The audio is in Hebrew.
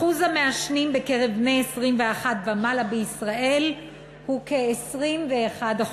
אחוז המעשנים בקרב בני 21 ומעלה בישראל הוא כ-21%.